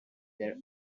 their